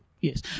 Yes